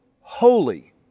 holy